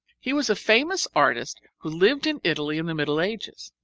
he was a famous artist who lived in italy in the middle ages.